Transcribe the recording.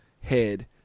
head